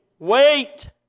Wait